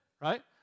right